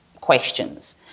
Questions